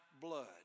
blood